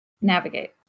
navigate